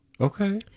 Okay